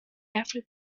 every